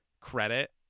credit